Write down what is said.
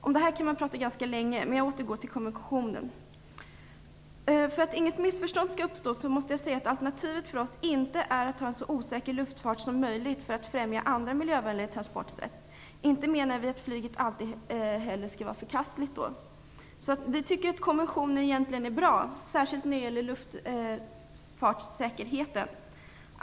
Om det här kan man prata ganska länge, men jag återgår till konventionen. För att inget missförstånd skall uppstå, måste jag säga att alternativet för oss inte är att ha en så osäker luftfart som möjligt för att främja andra miljövänligare transportsätt. Inte heller menar vi att flyget alltid är förkastligt. Vi tycker att konventionen egentligen är bra, särskilt när det gäller luftfartssäkerheten.